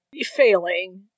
failing